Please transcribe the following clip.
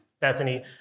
Bethany